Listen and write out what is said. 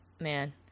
man